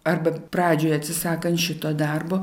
arba pradžioj atsisakant šito darbo